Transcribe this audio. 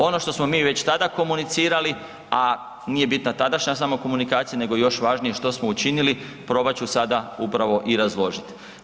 Ono što smo mi već tada komunicirali, a nije bitna sadašnja samo komunikacija nego još važnije što smo učinili probat ću sada upravo i razložiti.